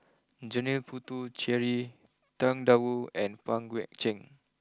Janil Puthucheary Tang Da Wu and Pang Guek Cheng